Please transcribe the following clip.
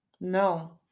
No